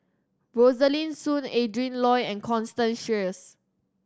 Rosaline Soon Adrin Loi and Constance Sheares